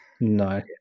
No